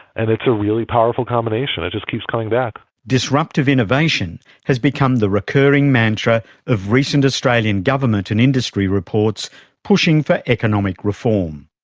and it's a really powerful combination. it just keeps coming back. disruptive innovation has become the recurring mantra of recent australian government and industry reports pushing for economic reform.